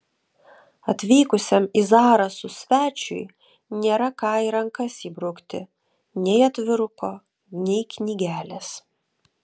atvykusiam į zarasus svečiui nėra ką į rankas įbrukti nei atviruko nei knygelės